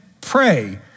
pray